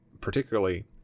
particularly